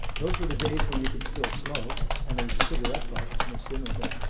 those were the days when you could still smoke, and there was a cigarette butt mixed in with it.